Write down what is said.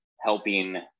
helping